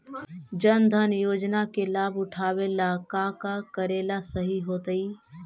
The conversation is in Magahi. जन धन योजना के लाभ उठावे ला का का करेला सही होतइ?